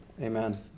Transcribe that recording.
amen